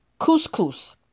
couscous